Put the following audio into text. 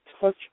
touch